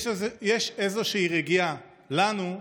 יש איזושהי רגיעה לנו,